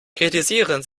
kritisieren